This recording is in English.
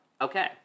Okay